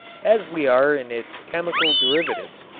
as we are in its chemical derivatives.